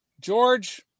George